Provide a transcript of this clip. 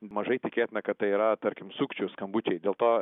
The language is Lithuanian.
mažai tikėtina kad tai yra tarkim sukčių skambučiai dėl to